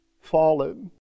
fallen